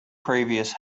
previous